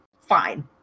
Fine